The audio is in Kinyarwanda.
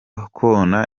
kona